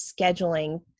scheduling